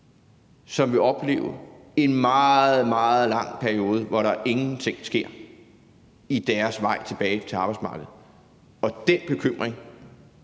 som vil opleve en meget lang periode, hvor der ingenting sker på deres vej tilbage til arbejdsmarkedet. Og jeg begræder